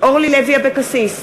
אורלי לוי אבקסיס,